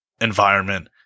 environment